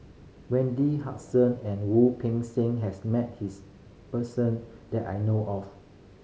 Wendy and Wu Peng Seng has met this person that I know of